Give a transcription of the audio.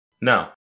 No